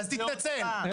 אז תתנצל, תתנצל.